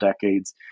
decades